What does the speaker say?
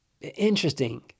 Interesting